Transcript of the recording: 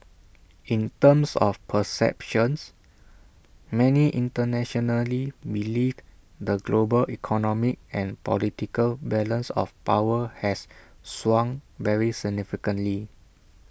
in terms of perceptions many internationally believe the global economic and political balance of power has swung very significantly